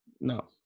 No